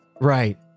right